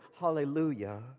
Hallelujah